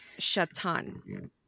shatan